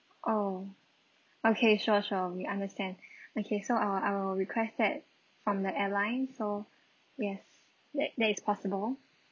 oh okay sure sure we understand okay so uh I will request that from the airline so yes that that is possible